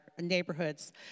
neighborhoods